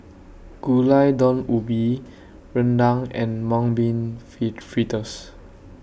Gulai Daun Ubi Rendang and Mung Bean Fee Fritters